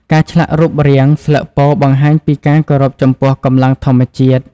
ការឆ្លាក់រូបរាង ស្លឹកពោធិ៍បង្ហាញពីការគោរពចំពោះកម្លាំងធម្មជាតិ។